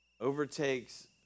overtakes